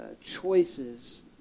choices